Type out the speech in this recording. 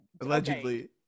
Allegedly